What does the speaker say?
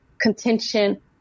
contention